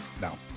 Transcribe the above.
now